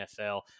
NFL